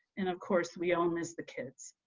and of course we all miss the kids.